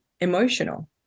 emotional